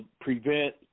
prevent